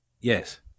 Yes